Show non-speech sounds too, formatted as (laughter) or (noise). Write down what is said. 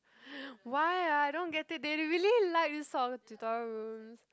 (breath) why I don't get it they really like this sort of tutorial rooms